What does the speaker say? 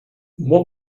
what